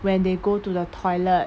when they go to the toilet